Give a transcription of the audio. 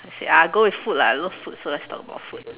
let's see ah go with food lah I love food so let's talk about food